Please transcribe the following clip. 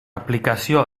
aplicació